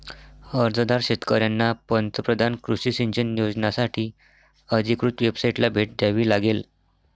अर्जदार शेतकऱ्यांना पंतप्रधान कृषी सिंचन योजनासाठी अधिकृत वेबसाइटला भेट द्यावी लागेल